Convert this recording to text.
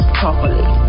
properly